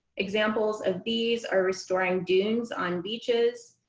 examples of these are restoring dunes on beaches,